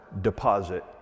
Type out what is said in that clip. deposit